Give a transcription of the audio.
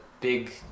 big